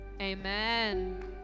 amen